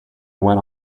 went